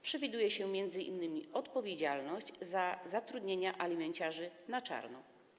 Przewiduje się m.in. odpowiedzialność za zatrudnianie alimenciarzy na czarno.